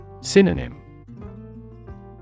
Synonym